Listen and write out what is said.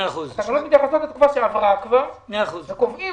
התקנות מתייחסות לתקופה שכבר עברה וקובעים